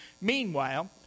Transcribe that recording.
Meanwhile